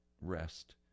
rest